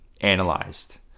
analyzed